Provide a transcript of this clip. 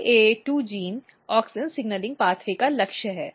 IAA2 gene auxin signalling मार्ग का लक्ष्य है